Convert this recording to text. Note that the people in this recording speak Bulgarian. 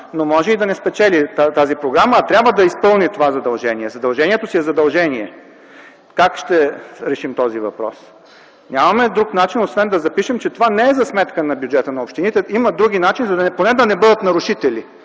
може да не я спечели, а трябва да изпълни това задължение. Задължението си е задължение! Как ще решим този въпрос? Нямаме друг начин освен да запишем, че това не е за сметка на бюджета на общините. Има други начини, поне да не бъдат нарушители.